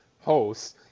hosts